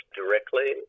directly